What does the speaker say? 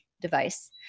device